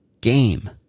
game